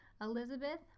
Elizabeth